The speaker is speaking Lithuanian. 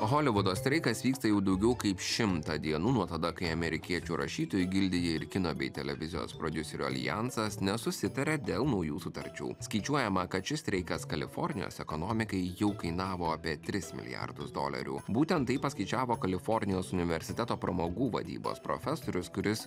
holivudo streikas vyksta jau daugiau kaip šimtą dienų nuo tada kai amerikiečių rašytojų gildija ir kino bei televizijos prodiuserių aljansas nesusitarė dėl naujų sutarčių skaičiuojama kad šis streikas kalifornijos ekonomikai jau kainavo apie tris milijardus dolerių būtent tai paskaičiavo kalifornijos universiteto pramogų vadybos profesorius kuris